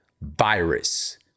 virus